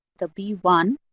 the b one